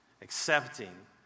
accepting